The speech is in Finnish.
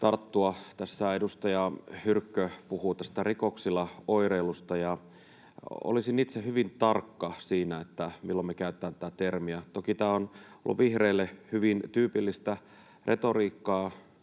tarttua: Tässä edustaja Hyrkkö puhui rikoksilla oireilusta, ja olisin itse hyvin tarkka siinä, milloin me käytetään tätä termiä. Toki tämä on vihreille hyvin tyypillistä retoriikkaa,